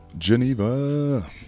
Geneva